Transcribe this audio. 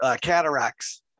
cataracts